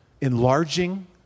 enlarging